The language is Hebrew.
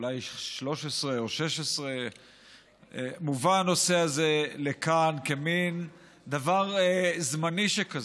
אולי 13 או 16 מובא הנושא הזה לכאן כמין דבר זמני שכזה,